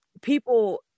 people